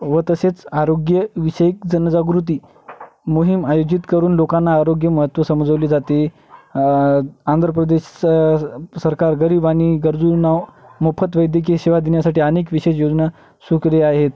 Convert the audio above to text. व तसेच आरोग्यविषयक जनजागृती मोहीम आयोजित करून लोकांना आरोग्य महत्त्व समजवले जाते आंध्र प्रदेश स सरकार गरीब आणि गरजूना मोफत वैद्यकीय सेवा देण्यासाठी अनेक विशेष योजना सक्रिय आहेत